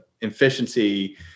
efficiency